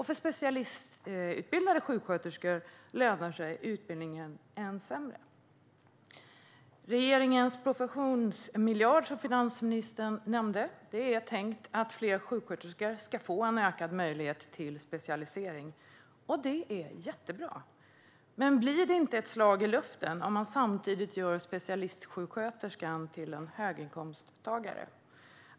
För specialistutbildade sjuksköterskor lönar sig utbildningen än sämre. Regeringens professionsmiljard, som finansministern nämnde, är tänkt att göra så att fler sjuksköterskor ska få ökad möjlighet till specialisering. Detta är jättebra, men blir det inte ett slag i luften om man samtidigt gör specialistsjuksköterskan till en höginkomsttagare?